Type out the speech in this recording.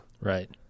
Right